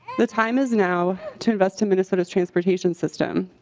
the time is now to invest in minnesota transportation system.